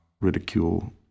ridicule